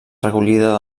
recollida